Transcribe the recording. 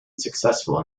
successful